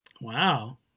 Wow